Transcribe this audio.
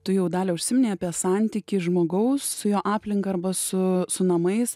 tu jau dalia užsiminei apie santykį žmogaus su jo aplinka arba su su namais